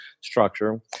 structure